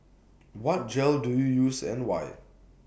what gel do you use and why